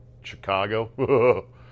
Chicago